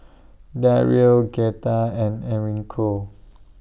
Daryle Greta and Enrico